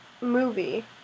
movie